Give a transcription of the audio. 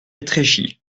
étréchy